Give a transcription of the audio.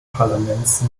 parlaments